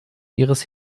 ihres